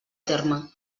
terme